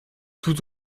tout